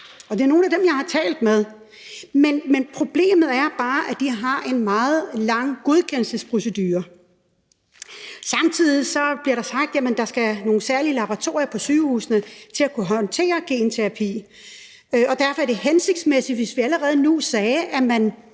Og det er nogle af de folk der fra, jeg har talt med. Men problemet er bare, at der er en meget lang godkendelsesprocedure. Samtidig bliver der sagt, at der skal være nogle særlige laboratorier på sygehusene til at kunne håndtere genterapi, og derfor ville det være hensigtsmæssigt, hvis vi allerede nu sagde, at man